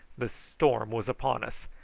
the storm was upon us,